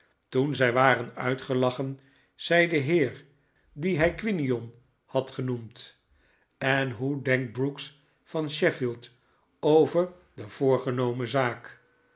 toen zij waren uitgelachen zei de heer dien hij quinion e had genoemd en hoe denkt brooks van sheffield over de voorgenomen zaak